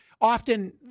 often